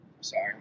Sorry